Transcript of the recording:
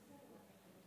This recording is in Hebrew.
ארבע